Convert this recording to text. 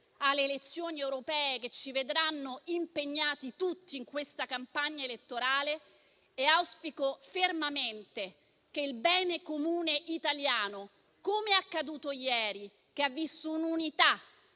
alle elezioni europee, che ci vedranno impegnati tutti in questa campagna elettorale e auspico fermamente che possa valere il bene comune italiano, come è accaduto ieri, che ha visto un'unità